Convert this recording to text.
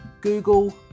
Google